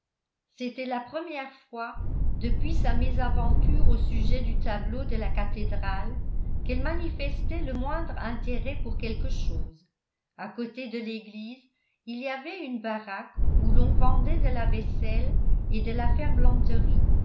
c'était la première fois depuis sa mésaventure au sujet du tableau de la cathédrale qu'elle manifestait le moindre intérêt pour quelque chose a côté de l'église il y avait une baraque où l'on vendait de la vaisselle et de